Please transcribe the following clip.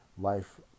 life